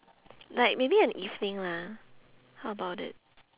like maybe an evening lah how about it